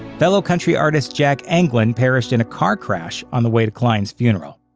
fellow country artist jack anglin perished in a car crash on the way to cline's funeral.